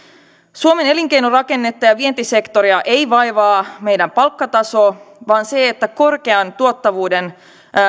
suomen elinkeinorakennetta ja vientisektoria ei vaivaa meidän palkkatasomme vaan se että korkean tuottavuuden